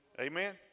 Amen